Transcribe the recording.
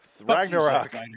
Ragnarok